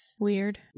Weird